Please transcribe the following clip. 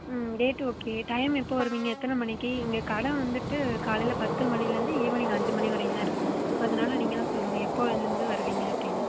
ம் date okay time எப்போது வருவீங்க எத்தனை மணிக்கு இங்கே கடை வந்துட்டு காலையில் பத்து மணியிலேருந்து ஈவினிங் அஞ்சு மணி வரையும்தான் இருக்கும் அதனால நீங்கள்தான் சொல்லணும் எப்போதிலேருந்து வருவீங்க அப்படின்னு